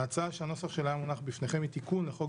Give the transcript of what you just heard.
ההצעה שהנוסח שלה היה מונח בפניכם היא תיקון לחוק